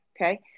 okay